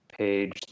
page